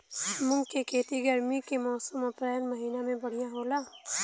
मुंग के खेती गर्मी के मौसम अप्रैल महीना में बढ़ियां होला?